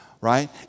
right